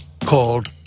called